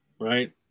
right